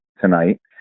tonight